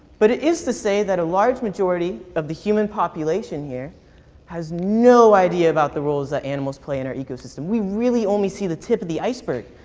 but it is to say that a large majority of the human population has no idea about the roles that animals play in our ecosystem. we really only see the tip of the iceberg.